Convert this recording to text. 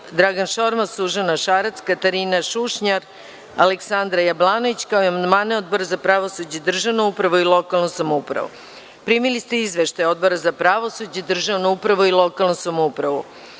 Dragan Šormaz, Suzana Šarac, Katarina Šušnjar, Aleksandra Jablanović, kao i amandmane Odbora za pravosuđe, državnu upravu i lokalnu samoupravu. Primili ste izveštaj Odbora za pravosuđe, državnu upravu i lokalnu samoupravu. Pošto